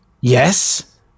Yes